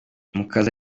mukaza